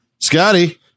Scotty